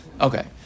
Okay